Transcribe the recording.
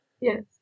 Yes